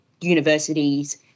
universities